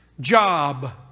job